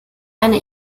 eine